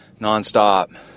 nonstop